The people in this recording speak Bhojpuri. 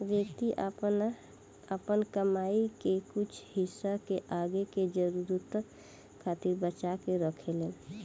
व्यक्ति आपन कमाई के कुछ हिस्सा के आगे के जरूरतन खातिर बचा के रखेलेन